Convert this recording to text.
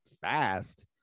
fast